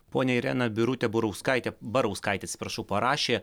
ponia irena birutė burauskaitė barauskaitė atsiprašau parašė